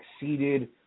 exceeded